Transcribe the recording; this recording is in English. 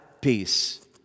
peace